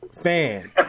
fan